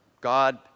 God